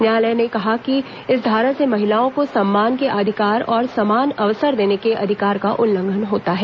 न्यायालय ने कहा कि इस धारा से महिलाओं के समानता को अधिकार और समान अवसर देने के अधिकार का उल्लंघन होता है